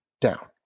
down